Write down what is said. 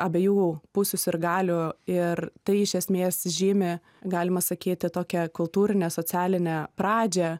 abiejų pusių sirgalių ir tai iš esmės žymi galima sakyti tokią kultūrinę socialinę pradžią